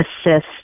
assist